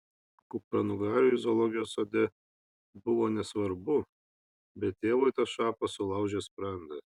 kupranugariui zoologijos sode buvo nesvarbu bet tėvui tas šapas sulaužė sprandą